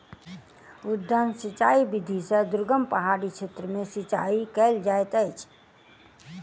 उद्वहन सिचाई विधि से दुर्गम पहाड़ी क्षेत्र में सिचाई कयल जाइत अछि